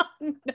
no